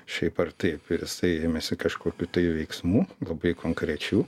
šiaip ar taip ir jisai ėmėsi kažkokių tai veiksmų labai konkrečių